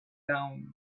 down